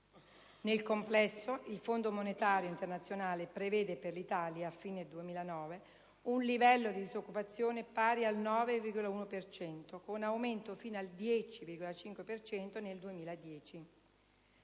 Nel complesso, il Fondo monetario internazionale prevede per l'Italia a fine 2009 un livello di disoccupazione pari al 9,1 per cento, con un aumento fino al 10,5 per cento